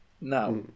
Now